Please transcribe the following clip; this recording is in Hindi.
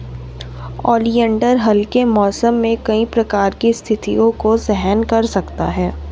ओलियंडर हल्के मौसम में कई प्रकार की स्थितियों को सहन कर सकता है